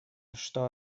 что